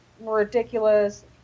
ridiculous